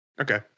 Okay